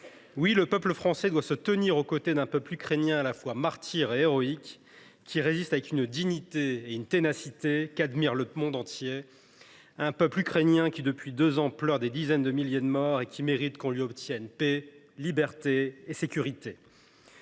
Oui, le peuple français doit se tenir aux côtés d’un peuple ukrainien à la fois martyr et héroïque, qui résiste avec une dignité et une ténacité qu’admire le monde entier. Depuis deux ans, ce peuple ukrainien pleure des dizaines de milliers de morts et mérite qu’on lui obtienne paix, liberté et sécurité.